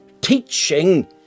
teaching